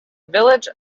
village